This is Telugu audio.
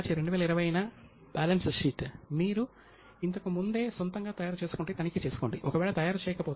కాబట్టి పాల్ బైరోచ్ కూడా దీని గురించి మరింత వివరణాత్మకంగా తన గ్రంథంలో పేర్కొన్నాడు